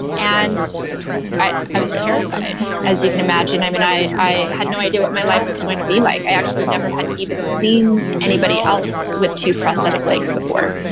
and i was terrified, as you can imagine. i mean, i i had no idea what my life was going to be like. i actually never had even seen anybody else with two prosthetic legs before.